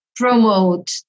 promote